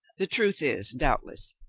the truth is, doubtless,